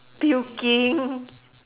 puking